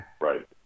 Right